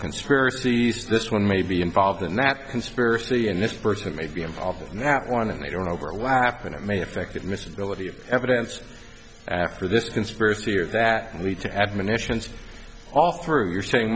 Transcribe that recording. conspiracies this one may be involved in that conspiracy and this person may be involved in that one and they don't overlap and it may affect admissibility of evidence after this conspiracy or that and lead to admonitions all through you're saying